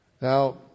Now